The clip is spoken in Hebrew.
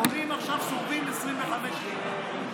קונים עכשיו סוחבים 25 קילו.